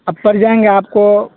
اب پڑ جائیں گے آپ کو